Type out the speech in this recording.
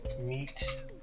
meet